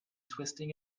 twisting